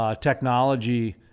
technology